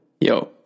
Yo